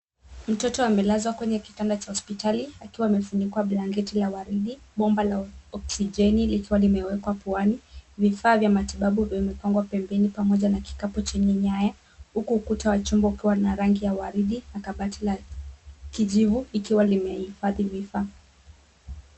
Mtoto amelazwa kwenye kitanda cha hospitali, akiwa amefunikwa blanketi la waridi. Bomba la oxigeni likiwa limewekwa puani. Vifaa vya matibabu vimepangwa pembeni, pamoja na kikapu chenye nyaya, huku ukuta wa chumba ukiwa na rangi ya waridi na kabati la kijivu, likiwa limeifadhi vifaa.